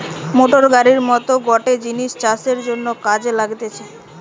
motor গাড়ির মত গটে জিনিস চাষের জন্যে কাজে লাগতিছে